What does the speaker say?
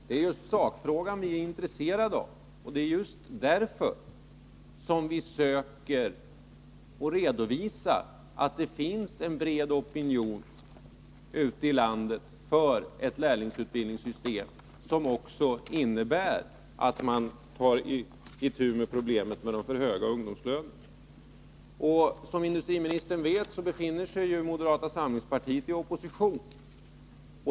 Herr talman! Det är just sakfrågan vi är intresserade av. Och det är just därför som vi söker redovisa att det finns en bred opinion ute i landet för ett lärlingsutbildningssystem som innebär att vi tar itu med problemet med de alltför höga ungdomslönerna. Som industriministern vet, befinner sig moderata samlingspartiet i opposition.